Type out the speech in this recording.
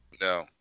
No